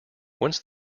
once